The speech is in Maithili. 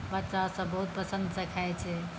बच्चासभ बहुत पसन्दसँ खाइत छै